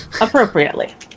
Appropriately